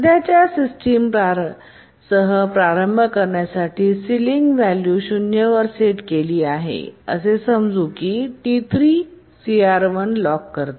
सध्याच्या सिस्टमसह प्रारंभ करण्यासाठी सिलिंग व्हॅल्यू 0 वर सेट केली आहे आणि असे समजून की T3 CR1 लॉक करते